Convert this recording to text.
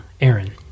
Aaron